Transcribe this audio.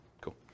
Cool